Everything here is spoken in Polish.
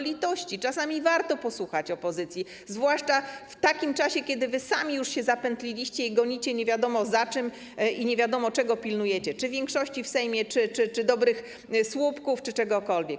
Litości, czasami warto posłuchać opozycji, zwłaszcza w takim czasie, kiedy to wy sami już się zapętliliście i gonicie nie wiadomo, za czym, i nie wiadomo, czego pilnujecie - czy większości w Sejmie, czy dobrych słupków, czy czegokolwiek.